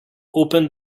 opened